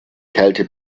kälte